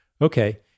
okay